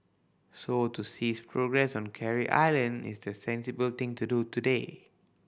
so to cease progress on Carey Island is the sensible thing to do today